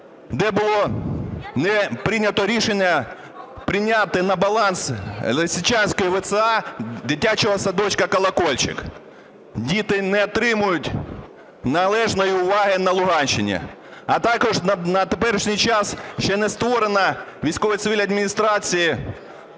де було не прийнято рішення прийняти на баланс Лисичанської ВЦА дитячого садочка "Колокольчик". Діти не отримують належної уваги на Луганщині. А також на теперішній час ще не створені військово-цивільні адміністрації